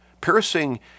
piercing